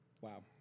Wow